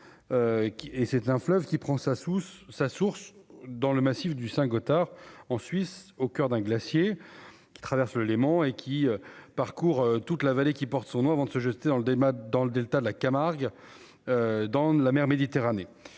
c'est un fleuve qui prend sa source sa source dans le massif du Saint-Gothard en Suisse, au coeur d'un glacier qui traverse l'élément et qui parcourt toute la vallée qui porte son nom avant de se jeter dans le débat, dans le Delta de la Camargue dans la mer Méditerranée,